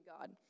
God